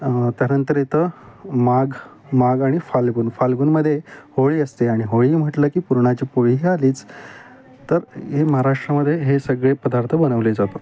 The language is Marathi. त्यानंतर इथं माग माग आणि फालगुन फालगुनमदे होळी असते आणि होळी म्हटलं की पुरणाची पोळी ही आलीच तर हे महाराष्ट्रामधे हे सगळे पदार्थ बनवले जातात